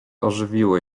ożywiły